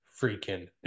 freaking